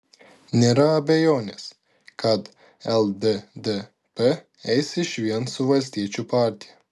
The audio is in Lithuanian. nėra abejonės kad lddp eis išvien su valstiečių partija